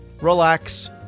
relax